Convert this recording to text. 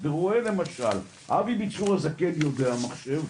לסטטיסטיקה ורואה למשל אבי ביצור כן יודע לעבוד על מחשב,